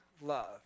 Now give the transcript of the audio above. love